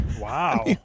Wow